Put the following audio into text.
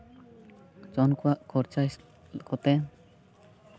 ᱡᱚᱱ ᱠᱚᱣᱟᱜ ᱠᱷᱚᱨᱪᱟ ᱦᱤᱥᱟᱹᱵ ᱠᱚᱛᱮ